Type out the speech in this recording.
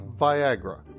viagra